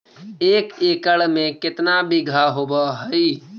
एक एकड़ में केतना बिघा होब हइ?